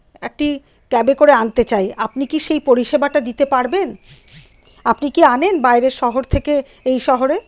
একটি ক্যাবে করে আনতে চাই আপনি কি সেই পরিষেবাটা দিতে পারবেন আপনি কি আনেন বাইরের শহর থেকে এই শহরে